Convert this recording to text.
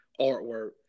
artwork